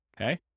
okay